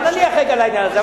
אבל נניח רגע לעניין הזה.